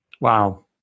Wow